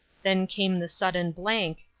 then came the sudden blank,